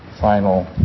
final